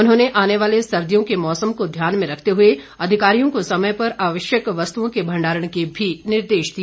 उन्होंने आने वाले सर्दियों के मौसम को ध्यान में रखते हुए अधिकारियों को समय पर आवश्यक वस्तुओं के भंडारण के भी निर्देश दिए